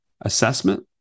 Assessment